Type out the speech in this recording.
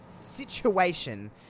situation